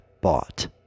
bought